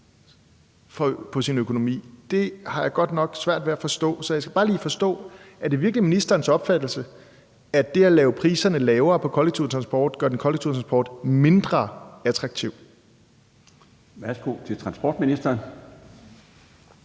til sin økonomi, har jeg godt nok svært ved at forstå. Så jeg skal bare lige forstå, om det virkelig er ministerens opfattelse, at det at gøre priserne på den kollektive transport lavere, gør den kollektive transport mindre attraktiv. Kl. 13:37 Den